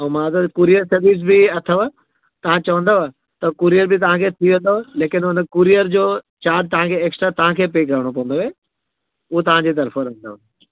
हूंअं मां वटि कुरीअर सर्विस बि अथव तव्हां चवंदव त कुरीअर बि तव्हांखे थी वेंदव लेकिन उन कुरीअर जो चार्ज तव्हांखे एक्स्ट्रा तव्हांखे पे करिणो पवंदुव उहो तव्हांजे तर्फ़ां लॻंदव